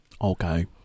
okay